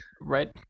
right